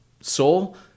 soul